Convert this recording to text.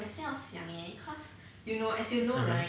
mmhmm